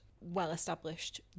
Well-established